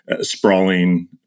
sprawling